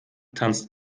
tanzt